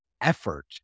effort